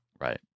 Right